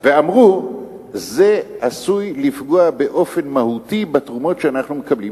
ואמרו שזה עשוי לפגוע באופן מהותי בתרומות שאנחנו מקבלים,